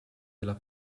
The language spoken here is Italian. della